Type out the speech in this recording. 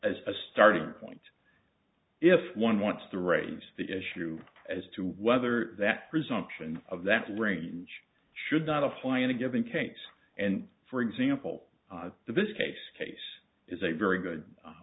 as a starting point if one wants to raise the issue as to whether that presumption of that range should not apply in a given case and for example the best case case is a very